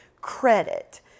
credit